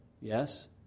yes